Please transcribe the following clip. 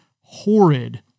horrid